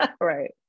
right